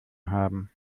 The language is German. haben